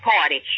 Party